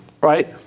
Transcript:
right